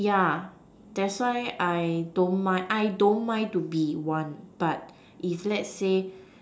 yeah that's why I don't mind I don't mind to be one but if let's say